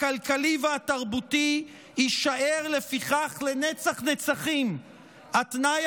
הכלכלי והתרבותי יישאר לפיכך לנצח-נצחים התנאי